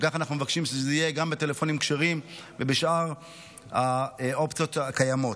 וכך אנחנו מבקשים שזה יהיה גם בטלפונים כשרים ובשאר האופציות הקיימות.